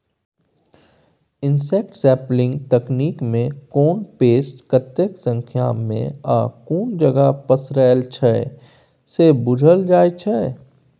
insect sampling तकनीकमे कोन pest कतेक संख्यामे आ कुन जगह पसरल छै से बुझल जाइ छै